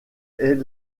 est